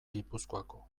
gipuzkoako